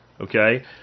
okay